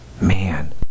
Man